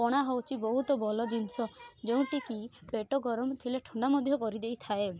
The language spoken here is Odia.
ପଣା ହେଉଛି ବହୁତ ଭଲ ଜିନଷ ଯେଉଁଠିକି ପେଟ ଗରମ ଥିଲେ ଥଣ୍ଡା ମଧ୍ୟ କରିଦେଇଥାଏ